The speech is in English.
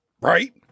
Right